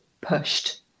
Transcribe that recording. pushed